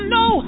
no